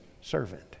servant